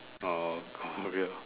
or Korea